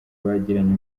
bagiranye